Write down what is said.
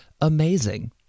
amazing